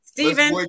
Stephen